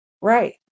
Right